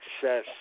success